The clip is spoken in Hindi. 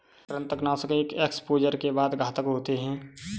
कृंतकनाशक एक एक्सपोजर के बाद घातक होते हैं